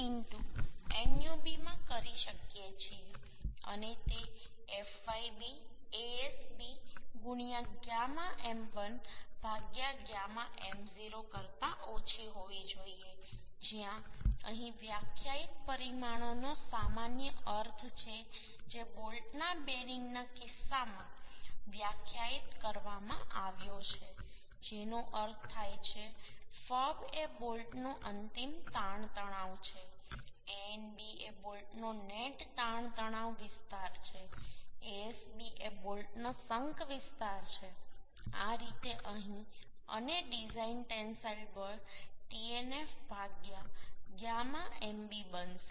9 fub Anb માં કરી શકીએ છીએ અને તે fyb Asb γ m1 γ m0 કરતા ઓછી હોવી જોઈએ જ્યાં અહીં વ્યાખ્યાયિત પરિમાણોનો સામાન્ય અર્થ છે જે બોલ્ટના બેરિંગના કિસ્સામાં વ્યાખ્યાયિત કરવામાં આવ્યો છે જેનો અર્થ થાય છે fub એ બોલ્ટનો અંતિમ તાણ તણાવ છે Anb એ બોલ્ટનો નેટ તાણ તણાવ વિસ્તાર છે Asb એ બોલ્ટનો શંક વિસ્તાર છે આ રીતે અહીં અને ડિઝાઇન ટેન્સાઇલ બળ Tnf γ mb બનશે